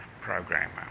programmer